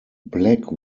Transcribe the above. black